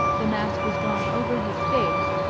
the mask was drawn over his face,